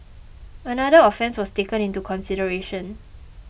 another offence was taken into consideration